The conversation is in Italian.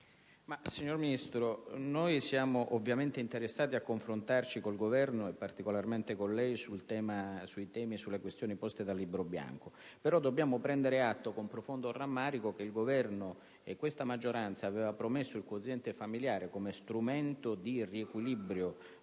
Signor Ministro, noi siamo ovviamente interessati a confrontarci con il Governo e particolarmente con lei sui temi e sulle questioni poste dal Libro bianco. Dobbiamo però prendere atto, con profondo rammarico, che il Governo e la maggioranza avevano promesso il quoziente familiare come strumento di riequilibrio